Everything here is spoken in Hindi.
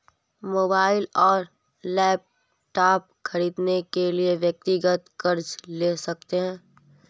मोबाइल और लैपटॉप खरीदने के लिए व्यक्तिगत कर्ज ले सकते है